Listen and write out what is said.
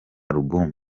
album